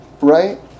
Right